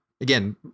again